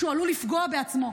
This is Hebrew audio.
הוא עלול לפגוע בעצמו.